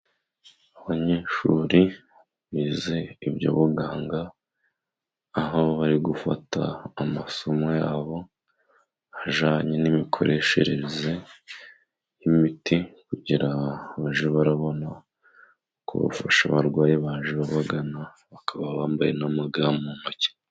Abanyeshuri bize iby'ubuganga, aho bari gufata amasomo yabo ajyanye n'imikoreshereze y'imiti, kugira bajye barabona uko bafasha abarwayi baje babagana, bakaba bambaye n'amaga mu ntoki.